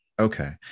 Okay